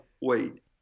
wait